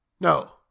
No